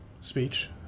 speech